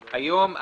היום,